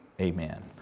Amen